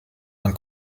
man